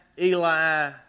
Eli